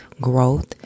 growth